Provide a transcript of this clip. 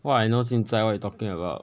what I know 现在 what you talking about